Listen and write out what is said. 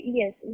yes